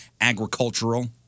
agricultural